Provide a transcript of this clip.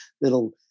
that'll